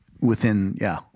within—yeah